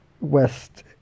West